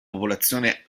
popolazione